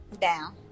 Down